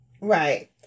Right